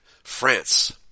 France